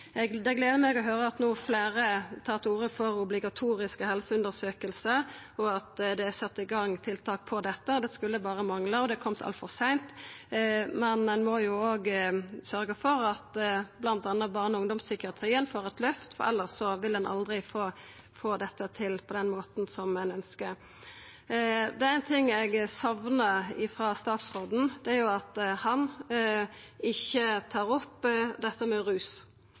Det gleder meg å høyra at fleire no tar til orde for obligatoriske helseundersøkingar, og at det er sett i gang tiltak på dette. Det skulle berre mangle – og det er kome altfor seint. Men ein må òg sørgja for at bl.a. barne- og ungdomspsykiatrien får eit løft, for elles vil ein aldri få dette til på den måten ein ønskjer. Det er éin ting eg saknar frå statsråden, og det er at han tar opp dette med rus.